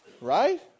Right